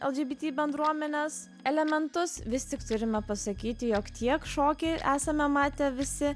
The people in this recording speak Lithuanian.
lgbt bendruomenės elementus vis tik turime pasakyti jog tiek šokį esame matę visi